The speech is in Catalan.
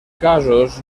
casos